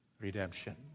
redemption